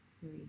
three